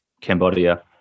Cambodia